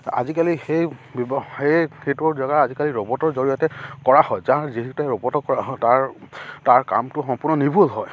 আজিকালি সেই ব্যৱহাৰ সেই সেইটোৰ জেগাৰ আজিকালি ৰবটৰ জৰিয়তে কৰা হয় যাৰ যিহেতু ৰবট কৰা হয় তাৰ তাৰ কামটো সম্পূৰ্ণ নিৰ্ভুল হয়